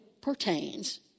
pertains